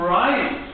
right